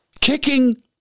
Kicking